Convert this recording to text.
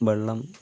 വെള്ളം